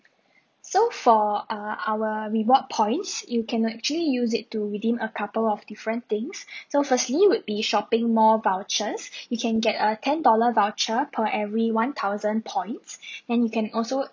so for uh our reward points you can actually use it to redeem a couple of different things so firstly would be shopping mall vouchers you can get a ten dollar voucher per every one thousand points and you can also